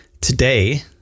today